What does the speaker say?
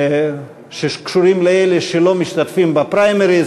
שקשורים לאלה שלא משתתפים בפריימריז,